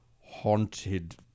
haunted